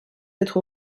être